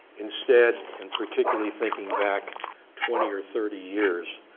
instead, in particularly thinking back twenty or thirty years,